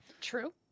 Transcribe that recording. true